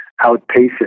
outpaces